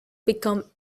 become